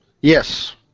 Yes